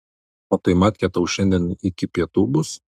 o tai matkė tau šiandien iki pietų bus